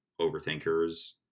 overthinkers